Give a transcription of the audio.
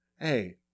Hey